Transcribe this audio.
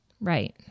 Right